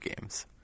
games